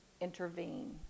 intervene